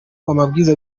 ubwiza